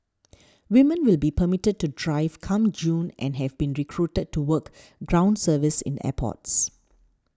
women will be permitted to drive come June and have been recruited to work ground service in airports